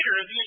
later